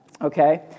okay